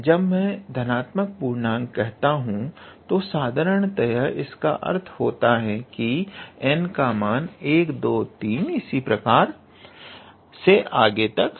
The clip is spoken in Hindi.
तो जब मैं धनात्मक पूर्णक कहता हूं तो साधारणतया इसका अर्थ होता है की n का मान 123 इसी प्रकार से आगे तक